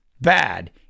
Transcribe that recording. bad